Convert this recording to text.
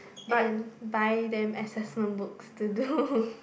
and buy them assessment books to do